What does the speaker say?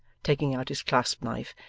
taking out his clasp-knife,